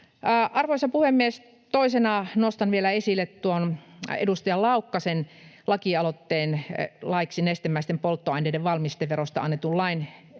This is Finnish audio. Arvoisa puhemies! Toisena nostan vielä esille edustajan Laukkasen lakialoitteen laiksi nestemäisten polttoaineiden valmisteverosta annetun lain